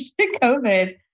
COVID